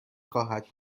خواهد